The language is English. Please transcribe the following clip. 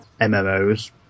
MMOs